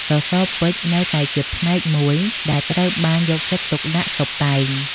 សសរពេជ្រនៅតែជាផ្នែកមួយដែលត្រូវបានយកចិត្តទុកដាក់តុបតែង។